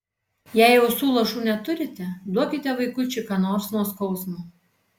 jei ausų lašų neturite duokite vaikučiui ką nors nuo skausmo